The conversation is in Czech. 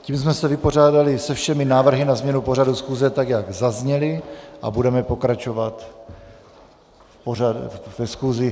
Tím jsme se vypořádali se všemi návrhy na změnu pořadu schůze, tak jak zazněly, a budeme pokračovat ve schůzi.